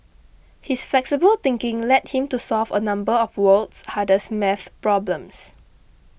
his flexible thinking led him to solve a number of the world's hardest math problems